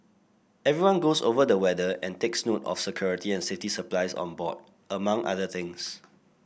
everyone goes over the weather and takes note of security and safety supplies on board among other things